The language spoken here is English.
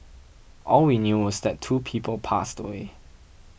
all we knew was that two people passed away